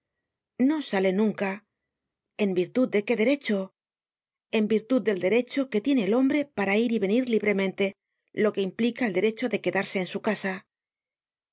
xo salen nunca en virtud de qué derecho en virtud del derecho que tiene el hombre para ir y venir libremente lo que implica el derecho de quedarse en su casa y